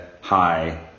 high